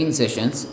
sessions